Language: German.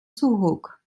zurück